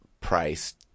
price